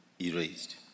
erased